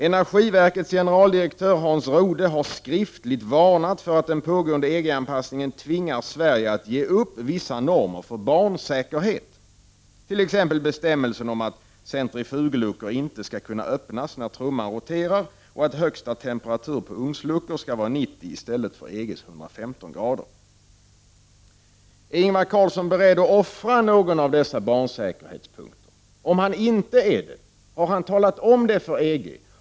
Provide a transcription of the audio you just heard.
Energiverkets generaldirektör Hans Rode har skriftligen varnat för att den pågående EG-anpassningen tvingar Sverige att ge upp vissa normer för barnsäkerhet, t.ex. bestämmelser om att centrifugluckor inte skall kunna öppnas när trumman roterar och att högsta temperatur på ugnsluckor skall vara 90 grader i stället för EG:s 115 grader. Är Ingvar Carlsson beredd att offra barnsäkerheten på någon av dessa punkter? Om han inte är det, har han då talat om det för EG?